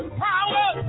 power